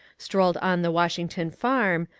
strolled on the washington farm,